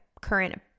current